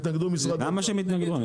יתנגדו משרד האוצר --- למה שהם יתנגדו?